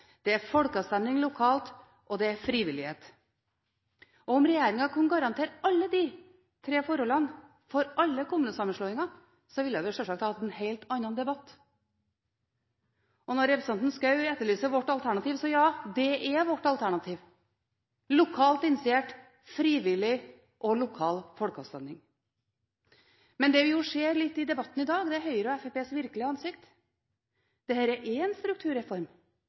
Det er folkeavstemning lokalt, og det er frivillighet. Om regjeringen kan garantere alle de tre forholdene for alle kommunesammenslåinger, ville vi sjølsagt hatt en helt annen debatt. Når representanten Schou etterlyser vårt alternativ, ja, så er det vårt alternativ: lokalt initiert, frivillig og lokal folkeavstemning. Men det vi ser litt av i debatten i dag, er Høyre og Fremskrittspartiets virkelige ansikt. Dette er en strukturreform.